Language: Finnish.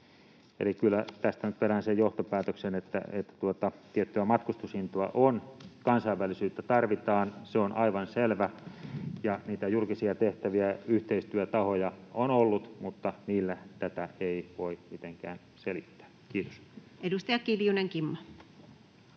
Eli kyllä tästä nyt vedän sen johtopäätöksen, että tiettyä matkustusintoa on. Kansainvälisyyttä tarvitaan, se on aivan selvä, ja niitä julkisia tehtäviä ja yhteistyötahoja on ollut, mutta niillä tätä ei voi mitenkään selittää. — Kiitos. [Speech 67]